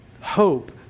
hope